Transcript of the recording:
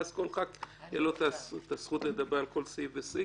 ואז לכל חבר כנסת תהיה הזכות לדבר על כל סעיף וסעיף.